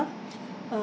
uh